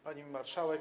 Pani Marszałek!